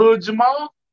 Jamal